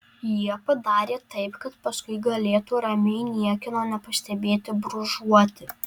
jie padarė taip kad paskui galėtų ramiai niekieno nepastebėti brūžuoti